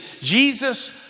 Jesus